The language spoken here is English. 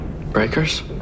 Breakers